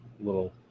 little